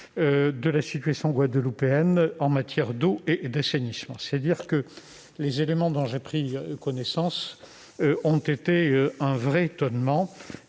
de la situation guadeloupéenne en matière d'eau et d'assainissement. C'est dire si les éléments dont j'ai pris connaissance ont suscité mon étonnement